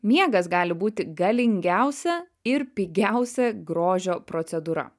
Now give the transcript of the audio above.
miegas gali būti galingiausia ir pigiausia grožio procedūra